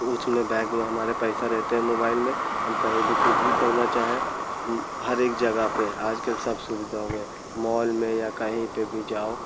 उसमें बैंक में हमारे पैसा रहते हैं मोबाईल में हम कहीं भी कुछ भी करना चाहें हर एक जगह पर आजकल सब सुविधा हो गए मॉल में या कहीं पर भी जाओ